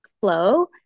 flow